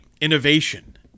Innovation